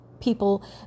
people